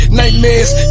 nightmares